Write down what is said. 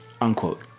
Unquote